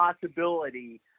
possibility